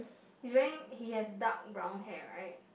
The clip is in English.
he's wearing he has dark brown hair right